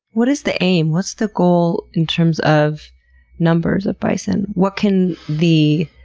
what is the aim? what's the goal in terms of numbers of bison? what can the